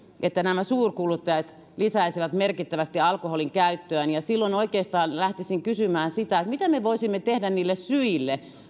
että nämä suurkuluttajat lisäisivät merkittävästi alkoholinkäyttöään silloin oikeastaan lähtisin kysymään sitä että mitä me voisimme tehdä niille syille